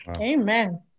Amen